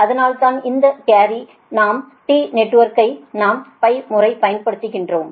அதனால்தான் இந்த கேரிக்கு நாம் T நெட்வொர்க்கைப் பயன்படுத்துவதில்லை அல்லது லைன் மாடலிங்கிற்கு நாம் முறையை பயன்படுத்துவோம்